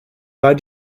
war